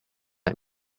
let